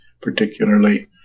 particularly